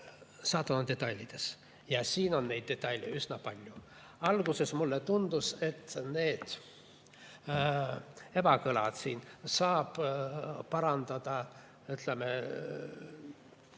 saatan on detailides, ja siin on neid detaile üsna palju. Alguses mulle tundus, et need ebakõlad siin saab parandada, ütleme,